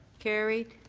carried.